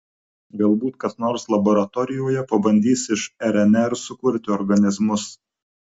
galbūt kas nors laboratorijoje pabandys iš rnr sukurti organizmus